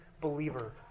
believer